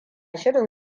shirin